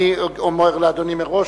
אני אומר לאדוני מראש,